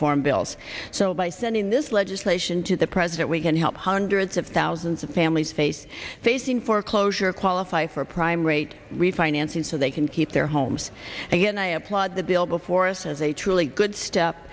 reform bills so by sending this legislation to the president we can help hundreds of thousands of families face facing foreclosure qualify for a prime rate refinancing so they can keep their homes and i applaud the bill before us as a truly good step